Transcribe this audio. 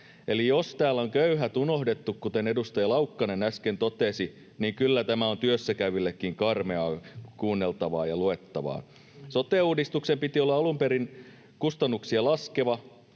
Eli jos täällä on köyhät unohdettu, kuten edustaja Laukkanen äsken totesi, niin kyllä tämä on työssäkäyvillekin karmeaa kuunneltavaa ja luettavaa. [Antero Laukkanen: Kyllä!] Sote-uudistuksen piti olla alun perin kustannuksia laskeva,